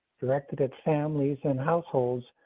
directed at families and households,